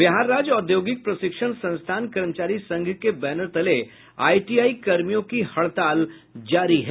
बिहार राज्य औद्योगिक प्रशिक्षण संस्थान कर्मचारी संघ के बैनर तले आईटीआई कर्मियों की हड़ताल जारी है